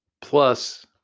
Plus